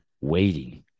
waiting